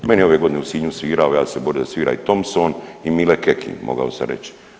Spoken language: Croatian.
I meni je ove godine u Sinju svirao, ja sam se borio da svira i Thompson i Mile Kekin mogao sam reći.